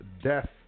Death